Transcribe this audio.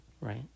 right